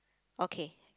okay